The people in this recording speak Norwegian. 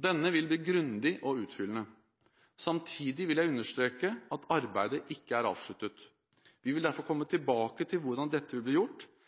Denne vil bli grundig og utfyllende. Samtidig vil jeg understreke at arbeidet ikke er avsluttet. Vi vil derfor komme tilbake til hvordan dette vil bli gjort,